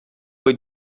foi